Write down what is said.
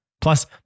Plus